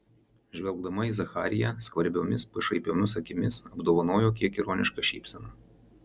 žvelgdama į zachariją skvarbiomis pašaipiomis akimis apdovanojo kiek ironiška šypsena